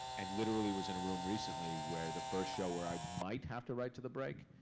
and literally was in a room recently where the first show where i might have to write to the break,